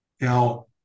Now